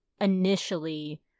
initially